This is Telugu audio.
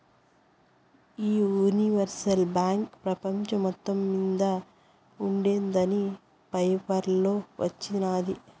ఈ యూనివర్సల్ బాంక్ పెపంచం మొత్తం మింద ఉండేందని పేపర్లో వచిన్నాది